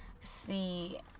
See